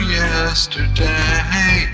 yesterday